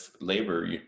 labor